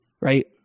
right